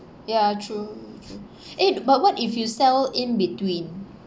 ya true true eh but what if you sell in between